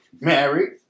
married